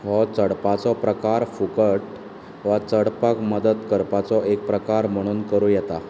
हो चडपाचो प्रकार फुकट वा चडपाक मदत करपाचो एक प्रकार म्हणून करूं येता